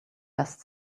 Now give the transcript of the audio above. best